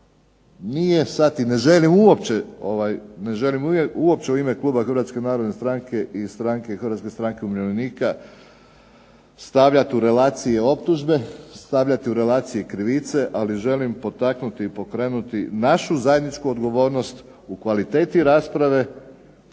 nije sada i ne želim da uopće u ime Kluba Hrvatske narodne stranke i Hrvatske stranke umirovljenika stavljati u relacije optužbe, stavljati u relacije krivice ali želim potaknuti i pokrenuti našu zajedničku odgovornost u kvaliteti rasprave,